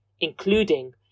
including